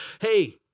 Hey